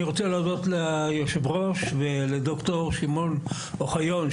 אני רוצה להודות ליושב ראש ולד"ר שמעון אוחיון,